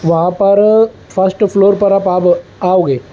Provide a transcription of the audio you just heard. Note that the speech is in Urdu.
وہاں پر فرسٹ فلور پر آپ آ آؤ گے